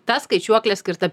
ta skaičiuoklė skirta